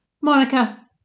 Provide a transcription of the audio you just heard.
Monica